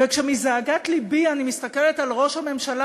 וכשמזעקת לבי אני מסתכלת על ראש הממשלה,